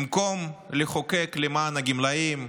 במקום לחוקק למען הגמלאים,